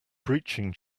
breaching